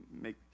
make